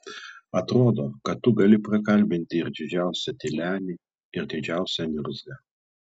atrodo kad tu gali prakalbinti ir didžiausią tylenį ir didžiausią niurzgą